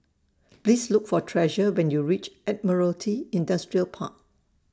Please Look For Treasure when YOU REACH Admiralty Industrial Park